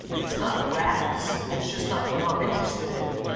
it's not a razz, it's just not what i'm interested in.